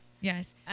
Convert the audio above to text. yes